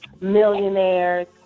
millionaires